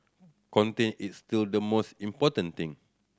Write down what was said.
content is still the most important thing